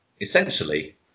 essentially